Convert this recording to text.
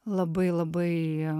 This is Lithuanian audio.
labai labai